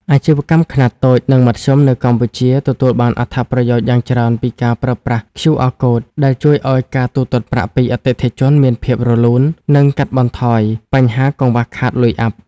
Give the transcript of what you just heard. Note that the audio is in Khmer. អាជីវកម្មខ្នាតតូច និងមធ្យមនៅកម្ពុជាទទួលបានអត្ថប្រយោជន៍យ៉ាងច្រើនពីការប្រើប្រាស់ (QR Code) ដែលជួយឱ្យការទូទាត់ប្រាក់ពីអតិថិជនមានភាពរលូន និងកាត់បន្ថយបញ្ហាកង្វះខាតលុយអាប់។